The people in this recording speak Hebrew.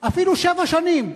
אפילו שבע שנים.